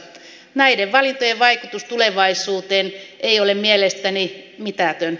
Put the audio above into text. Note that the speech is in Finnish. näiden valintojen vaikutus tulevaisuuteen ei ole mielestäni mitätön